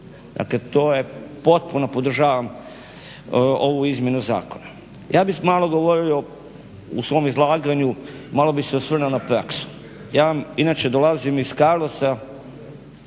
Dakle potpuno podržavam ovu izmjenu zakona. Ja bih malo govorio u svom izlaganju malo bih se osvrnuo na praksu. Ja vam inače dolazim iz Karlovca